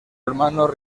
hermano